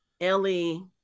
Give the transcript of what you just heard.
Ellie